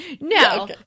No